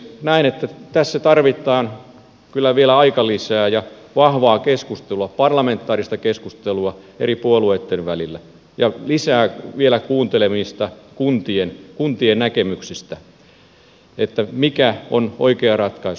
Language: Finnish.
näen että tässä tarvitaan kyllä vielä aikalisää ja vahvaa keskustelua parlamentaarista keskustelua eri puolueitten välillä ja lisää vielä kuuntelemista kuntien näkemyksistä mikä on oikea ratkaisu